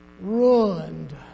ruined